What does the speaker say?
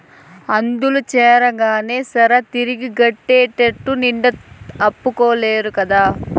అందుల చేరగానే సరా, తిరిగి గట్టేటెట్ట నిండా అప్పులే కదా